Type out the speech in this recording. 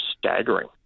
staggering